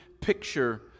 picture